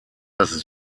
das